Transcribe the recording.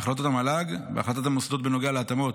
בהחלטות המל"ג, בהחלטת המוסדות בנוגע להתאמות